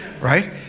right